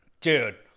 Dude